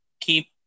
keep